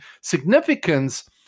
Significance